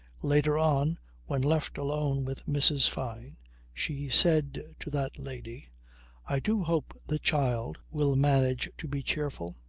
later on when left alone with mrs. fyne she said to that lady i do hope the child will manage to be cheerful.